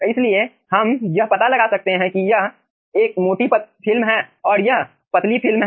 इसलिए हम यह पता लगा सकते हैं कि यह मोटी फिल्म हैं और यह पतली फिल्म हैं